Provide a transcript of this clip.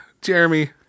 Jeremy